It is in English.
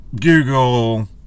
Google